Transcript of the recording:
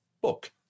book